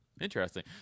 Interesting